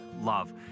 love